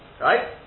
Right